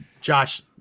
josh